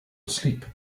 asleep